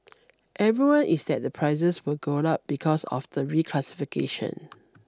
everyone is that the prices will go up because of the reclassification